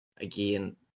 again